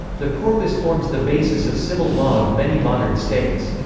the corpus forms the basis of civil law of many modern states.